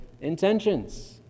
intentions